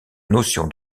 notion